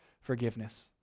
forgiveness